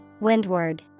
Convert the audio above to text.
Windward